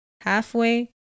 halfway